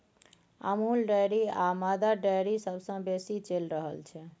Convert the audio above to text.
Amul dairy आ Mother Dairy सबसँ बेसी चलि रहल छै